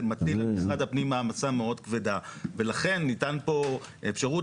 זה מטיל על משרד הפנים מעמסה מאוד כבדה ולכן ניתן פה אפשרות